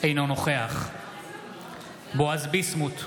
אינו נוכח בועז ביסמוט,